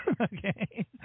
Okay